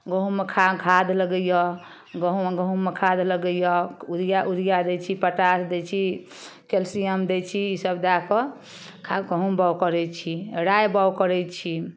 गहुममे खा खाद लगैये गहुममे खा खाद लगैये यूरिया यूरिया दै छी पोटाश दै छी कैल्शियम दै छी ई सब दएकऽ गहुम बाओग करै छी राइ बाओग करय छी